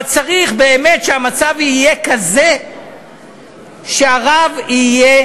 אבל צריך באמת שהמצב יהיה כזה שהרב יהיה,